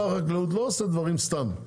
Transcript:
שר החקלאות לא עושה דברים סתם.